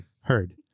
Heard